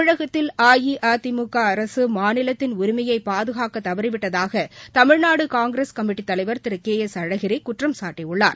தமிழகத்தில் அஇஅதிமுக அரசு மாநிலத்தின் உரிமையை பாதுகாக்க தவறிவிட்டதாக தமிழ்நாடு காங்கிரஸ் கமிட்டித்தலைவர் திரு கே எஸ் அழகிரி குற்றம் சாட்டியுள்ளார்